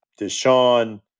Deshaun